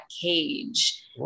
cage